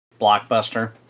blockbuster